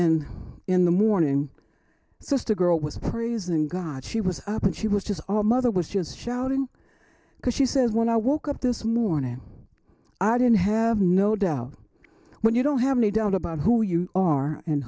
in in the morning so as to girl was praising god she was up and she was just all mother was just shouting because she says when i woke up this morning i didn't have no doubt when you don't have any doubt about who you are and